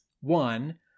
one